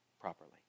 properly